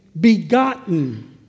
begotten